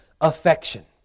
affection